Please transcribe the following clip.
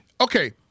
Okay